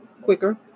quicker